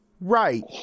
right